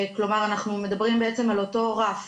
כלומר אנחנו מדברים על אותו רף,